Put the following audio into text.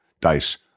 Dice